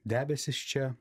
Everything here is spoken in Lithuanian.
debesys čia